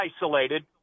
isolated